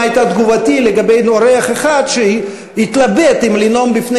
מה הייתה תגובתי לגבי אורח אחד שהתלבט אם לנאום בפני